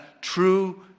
true